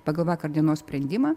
pagal vakar dienos sprendimą